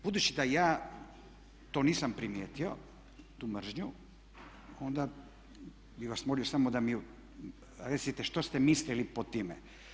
Budući da ja to nisam primijetio tu mržnju onda bi vas molio samo da mi kažete što ste mislili pod time?